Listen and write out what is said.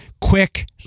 quick